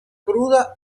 cruda